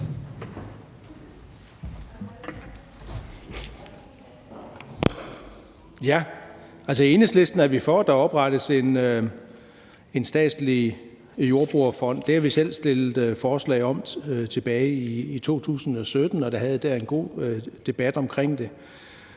(EL): I Enhedslisten er vi for, at der oprettes en statslig jordbrugerfond. Det har vi selv stillet forslag om tilbage i 2017, og der havde vi en god debat om det.